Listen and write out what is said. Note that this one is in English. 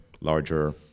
larger